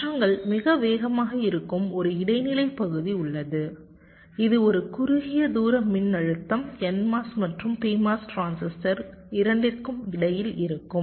மாற்றங்கள் மிக வேகமாக இருக்கும் ஒரு இடைநிலை பகுதி உள்ளது இது ஒரு குறுகிய தூர மின்னழுத்தம் NMOS மற்றும் PMOS டிரான்சிஸ்டர்கள் இரண்டிற்கும் இடையில் இருக்கும்